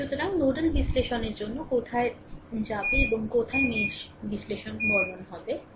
সুতরাং নোডাল বিশ্লেষণের জন্য কোথায় যাবে এবং কোথায় মেশ বিশ্লেষণ বর্ণন হবে